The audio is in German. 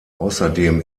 außerdem